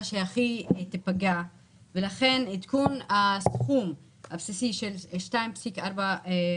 שהכי תיפגע ולכן עדכון הסכום הבסיסי של 2.45%,